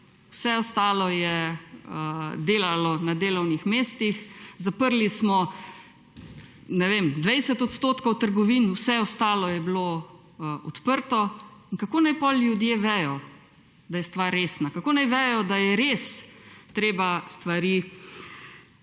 vse ostalo se je delalo na delovnih mestih, zaprli smo, ne vem, 20 % trgovin, vse ostale so bile odprte. Kako naj potem ljudje vedo, da je stvar resna? Kako naj vedo, da je res treba stvari